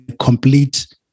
complete